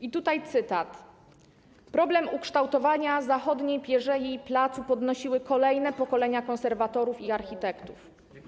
I tutaj cytat: Problem ukształtowania zachodniej pierzei placu podnosiły kolejne pokolenia konserwatorów i architektów.